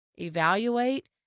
evaluate